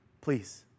please